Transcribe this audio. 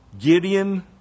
Gideon